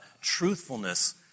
truthfulness